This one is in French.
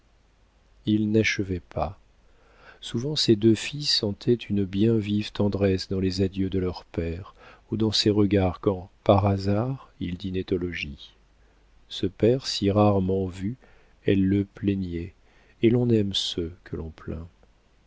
il n'achevait pas souvent ces deux filles sentaient une bien vive tendresse dans les adieux de leur père ou dans ses regards quand par hasard il dînait au logis ce père si rarement vu elles le plaignaient et l'on aime ceux que l'on